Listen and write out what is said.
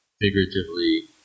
figuratively